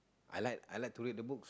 I like I like to read the book